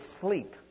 sleep